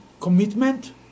commitment